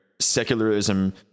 secularism